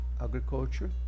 Agriculture